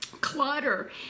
Clutter